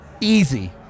Easy